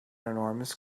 enormous